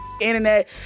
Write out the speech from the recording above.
internet